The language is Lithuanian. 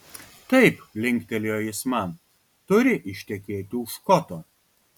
taip linktelėjo jis man turi ištekėti už škoto